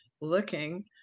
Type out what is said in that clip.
looking